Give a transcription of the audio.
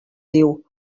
diu